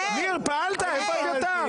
ניר, פעלת איפה אביתר?